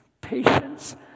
patience